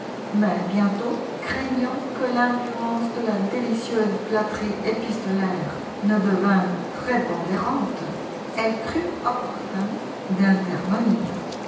mais bientôt craignant que l'influence de la délicieuse flatterie épistolaire ne devint prépondérante elle crut opportun d'intervenir